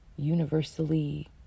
universally